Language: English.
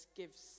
gives